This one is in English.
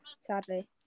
Sadly